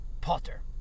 potter